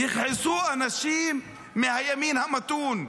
יכעסו אנשים מהימין המתון,